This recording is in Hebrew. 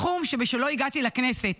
התחום שבשבילו הגעתי לכנסת,